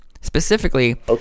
specifically